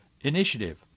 Initiative